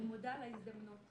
אני מודה על ההזדמנות,